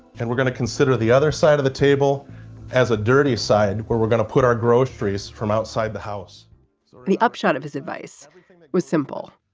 and we're going to consider the other side of the table as a dirty side where we're going to put our groceries from outside the house the upshot of his advice was simple.